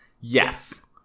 Yes